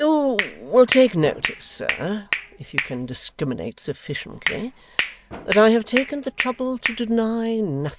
you will take notice, sir if you can discriminate sufficiently that i have taken the trouble to deny nothing.